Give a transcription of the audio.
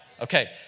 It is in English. Okay